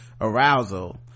arousal